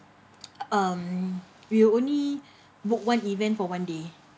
um we will only book one event for one day